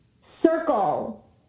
circle